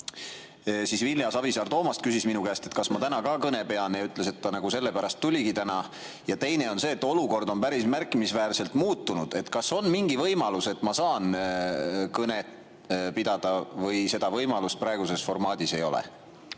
siis Vilja Savisaar-Toomast küsis minu käest, kas ma täna ka kõne pean, ja ütles, et ta sellepärast tuligi täna siia. Teine on see, et olukord on päris märkimisväärselt muutunud. Kas on mingi võimalus, et ma saan kõnet pidada, või seda võimalust praeguses formaadis ei ole?